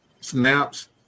snaps